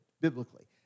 biblically